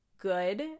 good